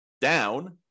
down